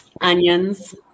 Onions